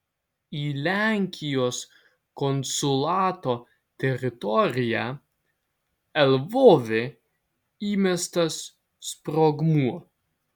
į lenkijos konsulato teritoriją lvove įmestas sprogmuo